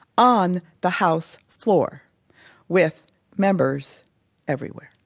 on the house floor with members everywhere.